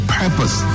purpose